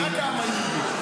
רק העם היהודי.